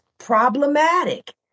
problematic